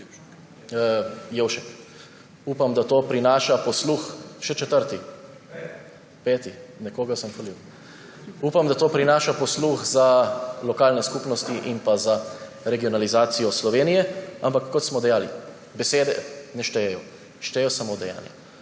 zgrešil. Upam, da to prinaša posluh za lokalne skupnosti in za regionalizacijo Slovenije. Ampak kot smo dejali, besede ne štejejo, štejejo samo dejanja.